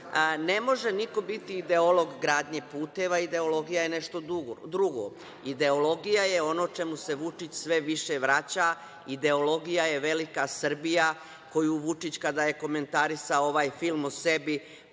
može niko biti ideolog gradnje puteva. Ideologija je nešto drugo. Ideologija je ono čemu se Vučić sve više vraća. Ideologija je velika Srbija koju je Vučić, kada je komentarisao ovaj film o sebi,